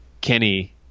Kenny